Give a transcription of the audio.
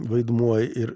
vaidmuo ir